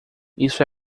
isso